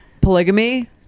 polygamy